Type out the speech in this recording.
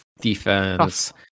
defense